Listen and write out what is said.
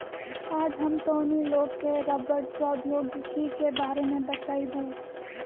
आज हम तोहनी लोग के रबड़ प्रौद्योगिकी के बारे में बतईबो